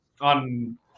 on